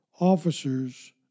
officers